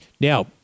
Now